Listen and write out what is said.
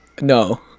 No